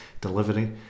delivery